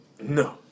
No